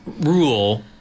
rule